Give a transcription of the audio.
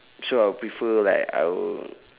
so I'll prefer like I would